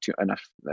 enough –